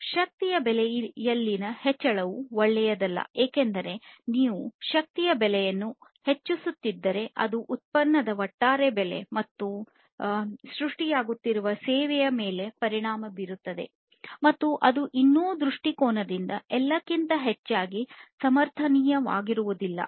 ಶಕ್ತಿಯ ಬೆಲೆಯಲ್ಲಿನ ಹೆಚ್ಚಳವು ಒಳ್ಳೆಯದಲ್ಲ ಏಕೆಂದರೆ ನೀವು ಶಕ್ತಿಯ ಬೆಲೆಯನ್ನು ಹೆಚ್ಚಿಸುತ್ತಿದ್ದರೆ ಅದು ಉತ್ಪನ್ನದ ಒಟ್ಟಾರೆ ಬೆಲೆ ಅಥವಾ ಸೃಷ್ಟಿಯಾಗುತ್ತಿರುವ ಸೇವೆಯ ಮೇಲೆ ಪರಿಣಾಮ ಬೀರುತ್ತದೆ ಮತ್ತು ಅದು ಇನ್ನೊಂದು ದೃಷ್ಟಿಕೋನದಿಂದ ಎಲ್ಲಕ್ಕಿಂತ ಹೆಚ್ಚಾಗಿ ಸಮರ್ಥನೀಯವಾಗುವುದಿಲ್ಲ